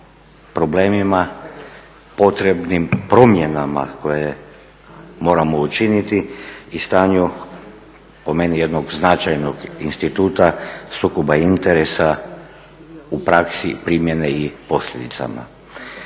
problemima potrebnim promjenama koje moramo učiniti i stanju po meni jednog značajnog instituta sukoba interesa u praksi primjene i posljedicama.